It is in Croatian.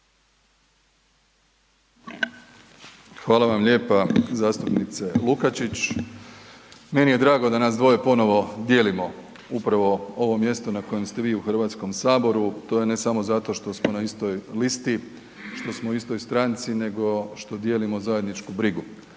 Hvala vam lijepa zastupnice Lukačić. Meni je drago da nas dvoje ponovo dijelimo upravo ovo mjesto na kojem ste vi u HS, to je ne samo zato što smo na istoj listi, što smo u istoj stranci, nego što dijelimo zajedničku brigu